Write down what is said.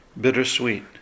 bittersweet